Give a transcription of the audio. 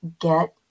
get